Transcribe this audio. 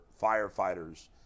firefighters